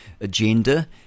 agenda